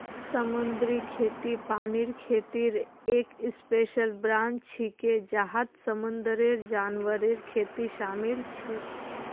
समुद्री खेती पानीर खेतीर एक स्पेशल ब्रांच छिके जहात समुंदरेर जानवरेर खेती शामिल छेक